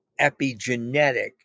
epigenetic